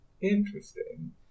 interesting